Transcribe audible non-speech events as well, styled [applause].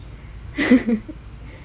[laughs]